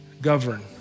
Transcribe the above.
govern